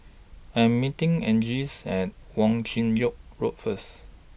I Am meeting Angeles At Wong Chin Yoke Road First